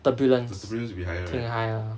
turbulence 挺 high uh